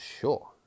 sure